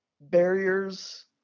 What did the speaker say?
barriers